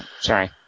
sorry